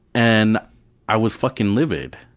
and i was fucking livid,